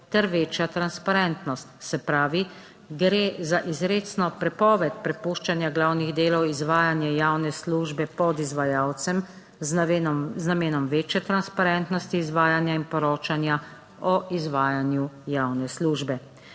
ter večja transparentnost. Se pravi, gre za izrecno prepoved prepuščanja glavnih delov izvajanja javne službe podizvajalcem z namenom večje transparentnosti izvajanja in poročanja o izvajanju javne službe.